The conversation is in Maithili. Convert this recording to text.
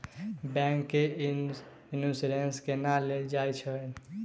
बैंक सँ इन्सुरेंस केना लेल जाइत अछि